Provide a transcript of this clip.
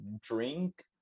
Drink